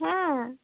হ্যাঁ